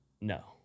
No